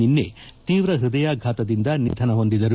ನಿನ್ನೆ ತೀವ್ರ ಹೃದಯಾಘಾತದಿಂದ ನಿಧನರಾದರು